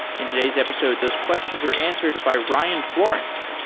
in today's episode, those questions are answered by ryan florence,